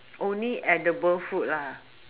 only edible food lah